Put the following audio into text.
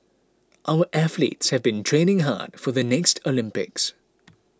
our athletes have been training hard for the next Olympics